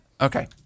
Okay